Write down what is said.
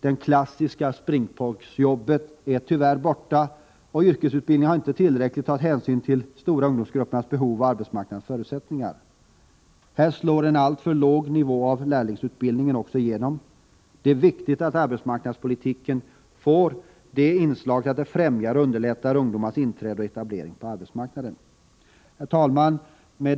Det klassiska springpojksjobbet är tyvärr borta, och yrkesutbildningen har inte tagit tillräcklig hänsyn till de stora ungdomsgruppernas behov och arbetsmarknadens förutsättningar. Här slår också en alltför låg nivå på lärlingsutbildningen igenom. Det är viktigt att arbetsmarknadspolitiken främjar och underlättar ungdomarnas inträde och etablering på arbetsmarknaden. Herr talman!